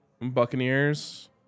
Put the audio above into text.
Buccaneers